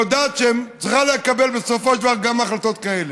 שצריכה לקבל בסופו של דבר גם החלטות כאלה.